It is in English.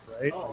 right